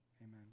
Amen